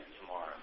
tomorrow